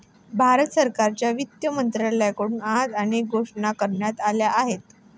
भारत सरकारच्या वित्त मंत्रालयाकडून आज अनेक घोषणा करण्यात आल्या आहेत